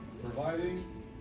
Providing